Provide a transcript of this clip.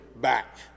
back